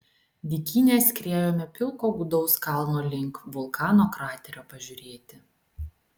dykyne skriejome pilko gūdaus kalno link vulkano kraterio pažiūrėti